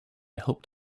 helped